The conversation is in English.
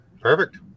Perfect